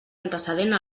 antecedent